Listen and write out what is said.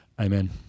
Amen